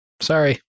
Sorry